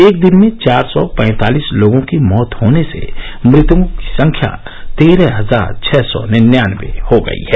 एक दिन में चार सौ पैंतालिस लोगों की मौत होने से मृतकों की संख्या तेरह हजार छः सौ निन्यानबे हो गई है